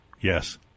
Yes